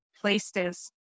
places